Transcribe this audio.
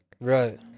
Right